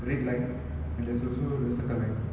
red line and there's also the circle line